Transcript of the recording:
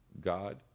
God